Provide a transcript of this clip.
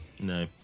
No